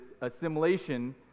assimilation